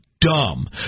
Dumb